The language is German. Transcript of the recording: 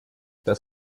das